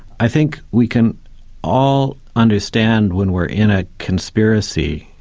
i think we can all understand when we're in a conspiracy,